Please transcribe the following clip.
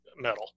metal